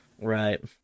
Right